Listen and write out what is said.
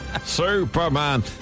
Superman